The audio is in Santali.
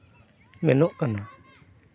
ᱢᱮᱱᱚᱜ ᱠᱟᱱᱟ